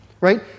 right